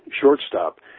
shortstop